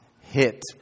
hit